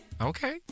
Okay